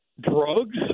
drugs